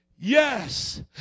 Yes